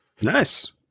nice